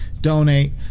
donate